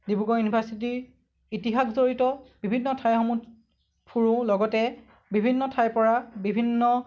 ডিব্ৰুগড় ইউনিভাৰ্ছিটিৰ ইতিহাস জড়িত বিভিন্ন ঠাইসমূহ ফুৰোঁ লগতে বিভিন্ন ঠাইৰপৰা বিভিন্ন